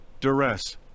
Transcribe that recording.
duress